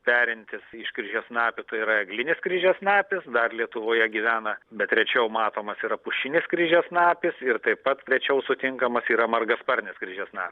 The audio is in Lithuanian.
perintis iš kryžiasnapių tai yra ir eglinis kryžiasnapis dar lietuvoje gyvena bet rečiau matomas yra pušinis kryžiasnapis ir taip pat rečiau sutinkamas yra margasparnis kryžiasna